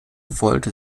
wollte